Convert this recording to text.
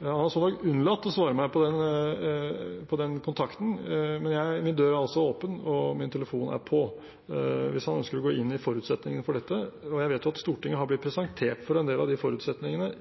han har så langt unnlatt å svare meg på den kontakten, men min dør er åpen og min telefon er på hvis han ønsker å gå inn i forutsetningene for dette. Jeg vet at Stortinget i detalj har blitt presentert for en del av de forutsetningene